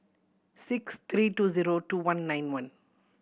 six three two zero two one nine one